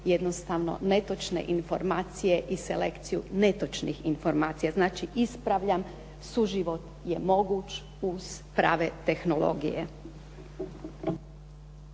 jednostavno netočne informacije i selekciju netočnih informacija. Znači ispravljam suživot je moguć uz prave tehnologije.